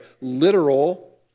literal